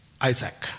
isaac